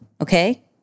okay